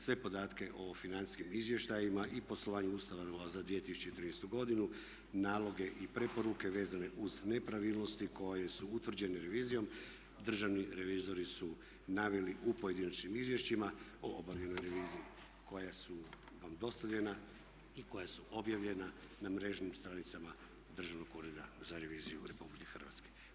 Sve podatke o financijskim izvještajima i poslovanju ustanova za 2013. godinu naloge i preporuke vezane uz nepravilnosti koje su utvrđene revizijom državni revizori su naveli u pojedinačnim izvješćima o obavljenoj reviziji koja su vam dostavljena i koja su objavljena na mrežnim stranicama Državnog ureda za reviziju Republike Hrvatske.